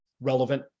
relevant